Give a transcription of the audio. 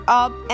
up